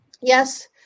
yes